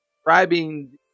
describing